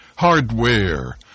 Hardware